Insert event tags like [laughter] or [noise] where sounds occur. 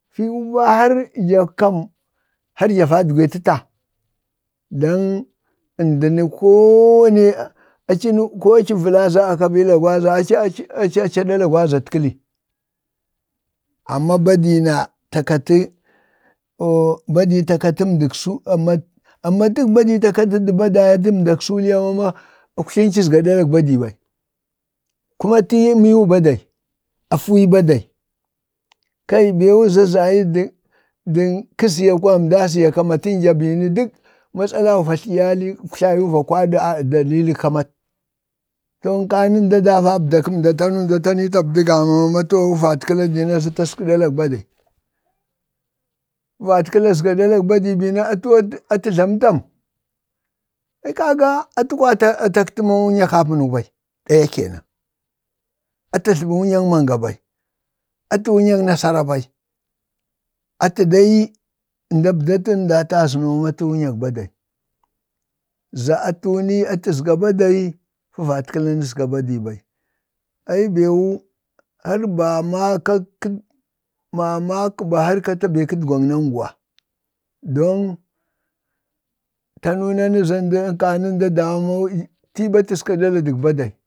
filwu ɓa har ja kam har ja vadgwee təta, dan əndi ni aci vəla za koo a kabila gwaza, aci aci aɗalak awazat kəli, amma badi na takatə oo badii ta katəmdək [unintelligible] amma badi ta katə mdak suliya mama uktlinci azga lamak badi bai kuma atiyii miiwu badai, afu yi badai. kai beewu za zayi daŋ kəzya kwa zayi nda aziyak kwatinja bini dək natsalau va tlaɗyalik kwaɗa dalilək kamat. to nkani mda daa vabdak kəmda tanu mda tanii tabta gama ma to fəvatkəla diina za taska ɗalak badai, favatkəla azga ɗalak badi bini atə atə tlamo tam? ai kaga atu kwaya atakəti ma atu wunyak-kapənu bai, daya kenan, atə tlabə wunyng manga bai, atu wunyoŋ nasara ɓai, atə dai ndabdatu na da atəzano ma atu wunyak badai za atu ni atazga badai, fəvat kəla na azga badi bai, ai beewu har ba ma kak kak mamakəba, beewu har kata beŋ naŋgwuwa, dan tanu nanu za nkaŋ: nda daa ma tiiɓa taska ɗala dək badai,